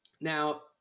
Now